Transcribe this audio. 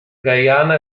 guyana